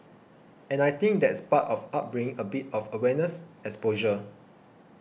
and I think that's part of upbringing a bit of awareness exposure